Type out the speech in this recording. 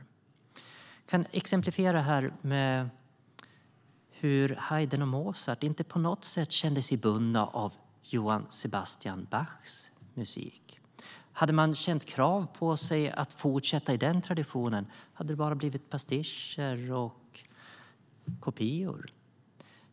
Jag kan exemplifiera med hur Haydn och Mozart inte på något sätt kände sig bundna av Johann Sebastian Bachs musik. Hade de känt krav på sig att fortsätta i den traditionen hade det bara blivit pastischer och kopior.